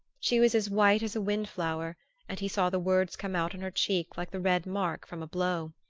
she was as white as a wind-flower and he saw the words come out on her cheek like the red mark from a blow.